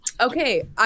Okay